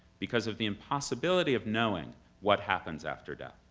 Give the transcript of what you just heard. because of the impossibility of knowing what happens after death.